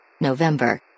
november